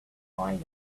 tiny